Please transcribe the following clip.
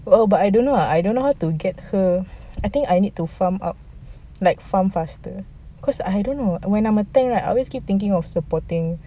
well but I don't know lah I don't know how to get her I think I need to farm up like farm faster cause I don't know when I'm a tank right I always keep thinking of supporting